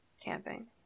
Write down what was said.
camping